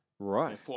Right